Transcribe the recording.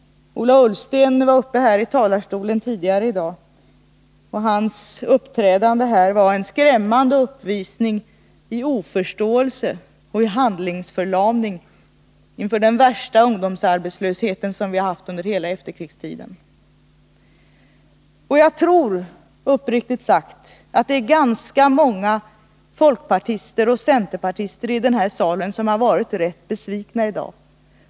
Ola Ullsten var uppe i talarstolen tidigare i dag, och hans uppträdande här var en skrämmande uppvisning i oförståelse och i handlingsförlamning inför den värsta ungdomsarbetslöshet som vi har haft under hela efterkrigstiden. Jag tror uppriktigt sagt att ganska många folkpartister och centerpartister i den här salen har varit rätt besvikna i dag.